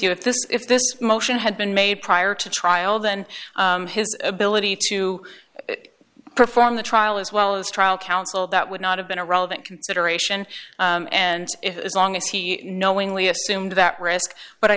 you if this if this motion had been made prior to trial then his ability to perform the trial as well as trial counsel that would not have been a relevant consideration and as long as he knowingly assumed that risk but i